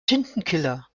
tintenkiller